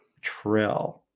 Trill